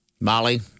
Molly